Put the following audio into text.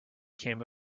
came